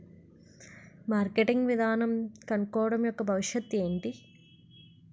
Marketing విధానం కనుక్కోవడం యెక్క భవిష్యత్ ఏంటి?